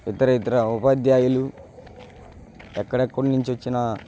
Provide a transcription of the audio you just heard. ఇతరితర ఉపాధ్యాయులు ఎక్కడెక్కడి నుంచో వచ్చిన